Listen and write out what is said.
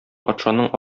патшаның